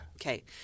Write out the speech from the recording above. Okay